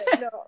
No